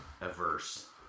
averse